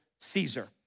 Caesar